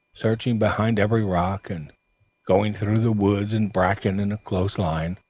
searching behind every rock, and going through the woods and bracken in a close line.